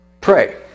Pray